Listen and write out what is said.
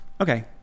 okay